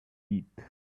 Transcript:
eat